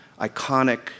iconic